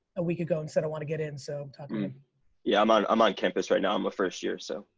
a week ago and said i wanna get in. so i'm talking to him. yeah, i'm on i'm on campus right now. i'm a first year so.